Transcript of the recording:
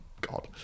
God